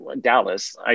Dallas